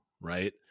right